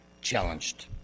challenged